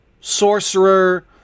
sorcerer